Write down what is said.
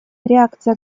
реакция